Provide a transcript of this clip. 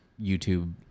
YouTube